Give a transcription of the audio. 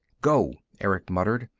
go, erick muttered.